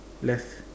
left